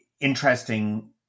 interesting